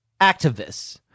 activists